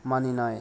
मानिनाय